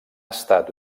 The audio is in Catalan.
estat